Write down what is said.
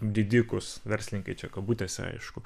didikus verslininkai čia kabutėse aišku